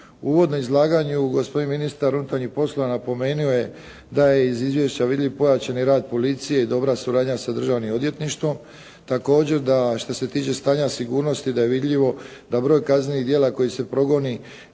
ministar gospodin ministar unutarnjih poslova napomenuo je da je iz izvješća vidljiv pojačani rad policije i dobra suradnja sa državnim odvjetništvom. Također da što se tiče stanja sigurnosti da je vidljivo da broj kaznenih djela koji se progoni